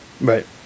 Right